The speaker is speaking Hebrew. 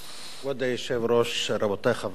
כבוד היושב-ראש, רבותי חברי הכנסת,